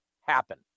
happen